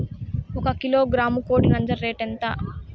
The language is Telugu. ఒక కిలోగ్రాము కోడి నంజర రేటు ఎంత?